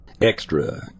extra